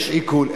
יש עיקול,